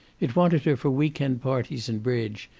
it wanted her for week-end parties and bridge,